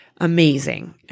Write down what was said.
amazing